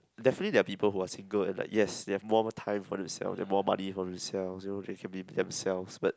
definitely there are people who are single at like yes they have more time for themselves they more money for themselves you know they can be themselves but